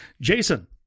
jason